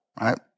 right